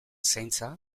zaintza